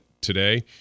today